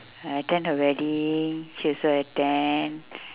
I attend her wedding she also attend